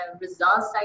results